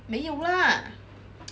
没有 lah